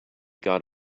got